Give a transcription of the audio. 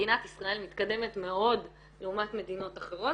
מדינת ישראל מתקדמת מאוד לעומת מדינות אחרות